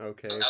Okay